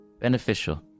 beneficial